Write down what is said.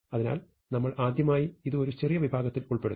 അതിനാൽ നമ്മൾ ആദ്യമായി ഇത് ഒരു ചെറിയ വിഭാഗത്തിൽ ഉൾപ്പെടുത്തും